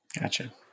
Gotcha